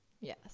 Yes